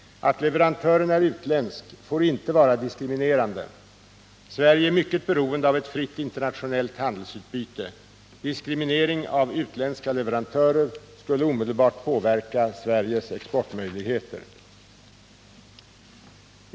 Att leverantören är utländsk får inte vara diskriminerande. Sverige är mycket beroende av ett fritt internationellt handelsutbyte. Diskriminering av utländska leverantörer skulle omedelbart påverka Sveriges exportmöjligheter.